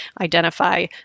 identify